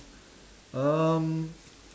um